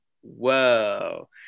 Whoa